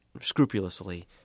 scrupulously